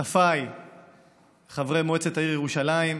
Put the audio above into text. שותפיי חברי מועצת העיר ירושלים,